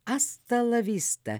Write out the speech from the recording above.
asta lavista